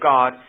God